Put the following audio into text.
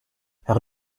herr